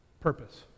purpose